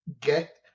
get